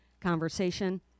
conversation